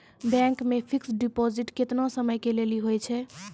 Bank मे fixed deposit केतना समय के लेली होय छै?